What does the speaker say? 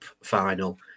final